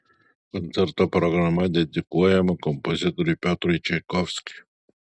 koncerto programa dedikuojama kompozitoriui piotrui čaikovskiui